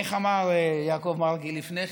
איך אמר יעקב מרגי לפני כן,